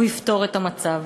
הוא יפתור את המצב.